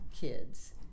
kids